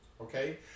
Okay